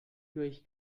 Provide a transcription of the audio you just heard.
durch